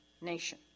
nation